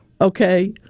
okay